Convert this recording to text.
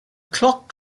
clock